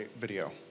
video